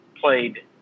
played